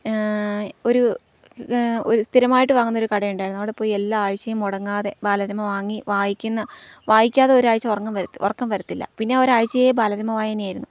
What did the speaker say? ഒരു ഒരു സ്ഥിരമായിട്ട് വാങ്ങുന്നൊരു കടയുണ്ടായിരുന്നു അവിടെ പോയി എല്ലാ ആഴ്ചയും മുടങ്ങാതെ ബാലരമ വാങ്ങി വായിക്കുന്ന വായിക്കാതെ ഒരാഴ്ച ഉറക്കം വരത്തില്ല പിന്നെ ഒരാഴ്ചയേ ബാലരമ വായനയായിരുന്നു